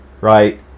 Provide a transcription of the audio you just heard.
right